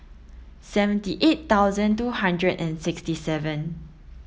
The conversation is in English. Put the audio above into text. seventy eight thousand two hundred and sixty seven